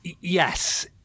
yes